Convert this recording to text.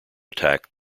attack